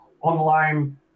online